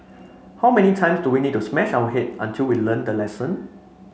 how many times do we need to smash our head until we learn the lesson